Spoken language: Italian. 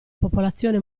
popolazione